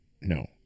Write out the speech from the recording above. no